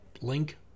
Link